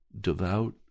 devout